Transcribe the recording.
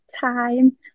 time